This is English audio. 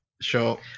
Sure